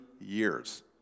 years